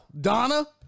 Donna